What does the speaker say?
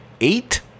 Eight